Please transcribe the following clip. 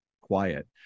quiet